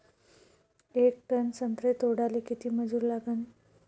येक टन संत्रे तोडाले किती मजूर लागन?